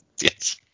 Yes